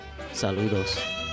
Saludos